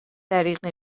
دریغ